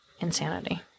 insanity